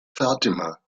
fatima